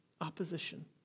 opposition